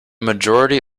majority